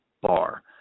bar